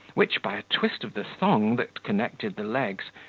which, by a twist of the thong that connected the legs,